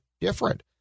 different